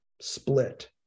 split